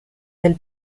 del